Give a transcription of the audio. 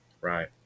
Right